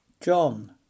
John